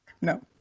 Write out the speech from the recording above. no